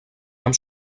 amb